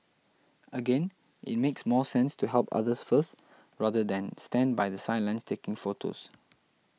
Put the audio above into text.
again it makes more sense to help others first rather than stand by the sidelines taking photos